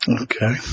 Okay